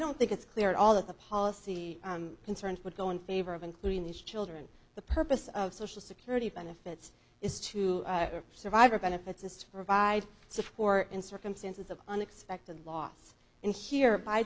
don't think it's clear at all that the policy concerns would go in favor of including these children the purpose of social security benefits is to survivor benefits is to provide support in circumstances of unexpected loss and here by